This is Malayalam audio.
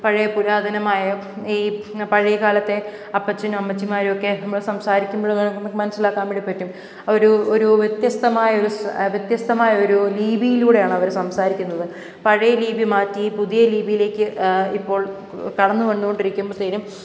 പഴയ പുരാതനമായ ഈ പഴയകാലത്തെ അപ്പച്ചനും അമ്മച്ചിമാരൊക്കെ നമ്മൾ സംസാരിക്കുമ്പോഴും നമുക്ക് മനസ്സിലാക്കാൻ വേണ്ടി പറ്റും ആ ഒരു ഒരു വ്യത്യസ്തമായ ഒരു വ്യത്യസ്തമായ ഒരു ലിപിയിലൂടെയാണ് അവർ സംസാരിക്കുന്നത് പഴയ ലിപി മാറ്റി പുതിയ ലിപിയിലേക്ക് ഇപ്പോൾ കടന്നു വന്നു കൊണ്ടിരിക്കുമ്പോഴത്തേനും